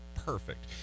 Perfect